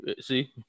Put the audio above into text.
see